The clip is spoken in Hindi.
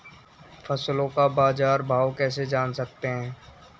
फसलों का बाज़ार भाव कैसे जान सकते हैं?